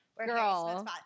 Girl